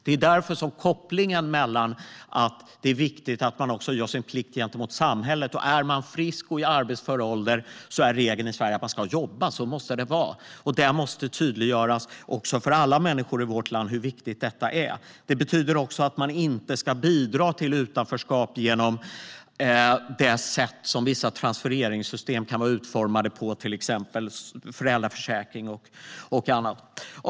Det är därför som kopplingen är så viktig: Man ska göra sin plikt gentemot samhället, och är man frisk och i arbetsför ålder är regeln i Sverige att man ska jobba, och så måste det vara. Det måste tydliggöras för alla människor i vårt land hur viktigt detta är. Det betyder också att man inte ska bidra till utanförskap genom utformningen av vissa transfereringssystem, till exempel föräldraförsäkring och annat.